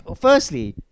Firstly